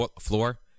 Floor